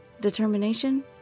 Determination